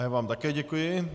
Já vám také děkuji.